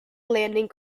landing